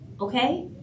okay